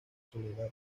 soledad